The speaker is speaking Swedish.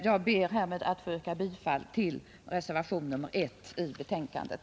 Jag ber härmed att få yrka bifall till reservationen 1 vid betänkandet.